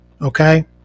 okay